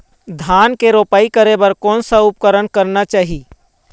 धान के रोपाई करे बर कोन सा उपकरण करना चाही?